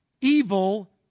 Evil